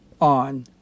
on